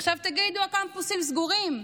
עכשיו תגידו: הקמפוסים סגורים.